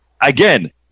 again